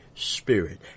Spirit